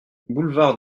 boulevard